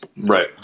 Right